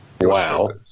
Wow